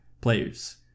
players